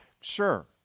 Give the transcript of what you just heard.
Sure